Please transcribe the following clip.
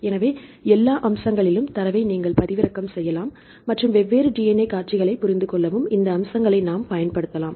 எனவே எல்லா அம்சங்களுக்கும் தரவை நீங்கள் பதிவிறக்கம் செய்யலாம் மற்றும் வெவ்வேறு DNA காட்சிகளைப் புரிந்துகொள்ளவும் இந்த அம்சங்களைப் நாம் பயன்படுத்தலாம்